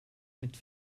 mit